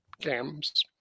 games